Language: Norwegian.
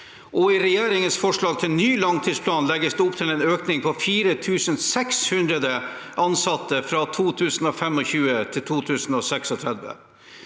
I regjeringens forslag til ny langtidsplan legges det opp til en økning på 4 600 ansatte fra 2025 til 2036.